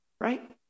right